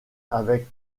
avec